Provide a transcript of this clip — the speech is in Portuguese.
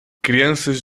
crianças